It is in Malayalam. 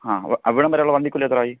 ആ അവിടെ അവിടം വരെയുള്ള വണ്ടിക്കൂലി എത്രായി